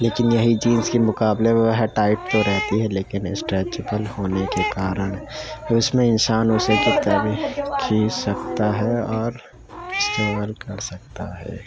لیکن یہی جینس کے مقابلے وہ ٹائٹ تو رہتی ہے لیكن اسٹریچبل ہونے كے كارن اُس میں انسان اُسی كی طرح كھینچ سكتا ہے اور کچھ اور کر سکتا ہے